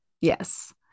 Yes